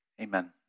Amen